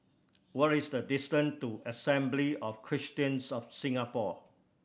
what is the distance to Assembly of Christians of Singapore